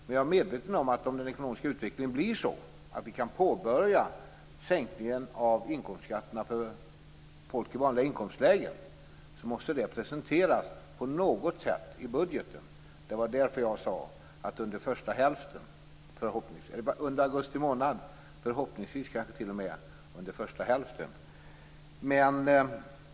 Men jag är medveten om att om den ekonomiska utvecklingen blir sådan att vi kan påbörja sänkningen av inkomstskatterna för folk i vanliga inkomstlägen, måste detta presenteras på något sätt i budgeten. Det var därför som jag sade att det kan ske under augusti månad, förhoppningsvis kanske t.o.m. under första hälften.